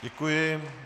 Děkuji.